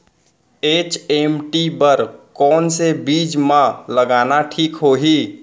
HMT बर कौन से बीज मा लगाना ठीक होही?